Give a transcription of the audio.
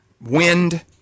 wind